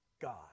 God